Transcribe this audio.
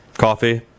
Coffee